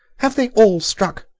have they all struck?